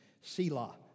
Selah